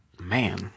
man